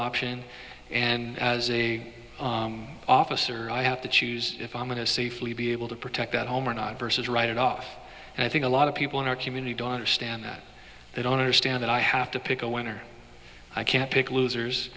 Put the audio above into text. option and as a officer i have to choose if i'm going to safely be able to protect at home or not versus write it off and i think a lot of people in our community doner stand that they don't understand that i have to pick a winner i can't pick losers